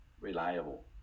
reliable